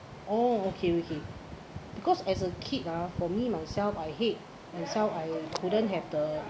oh okay okay because as a kid ah for me myself I hate and some I couldn't have the